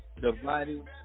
dividing